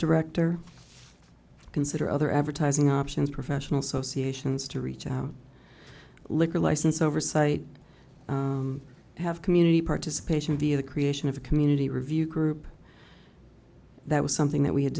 director consider other advertising options professional socit sions to reach out liquor license oversight have community participation via the creation of a community review group that was something that we had